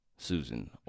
Susan